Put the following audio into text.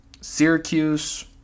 Syracuse